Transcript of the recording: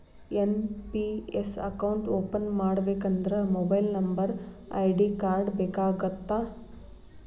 NPS account open ಮಾಡಬೇಕಂದ್ರ mobile number ID card ಬೇಕಾಗತ್ತಾ?